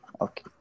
Okay